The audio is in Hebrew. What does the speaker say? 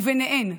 ובהן,